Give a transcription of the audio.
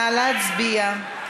נא להצביע.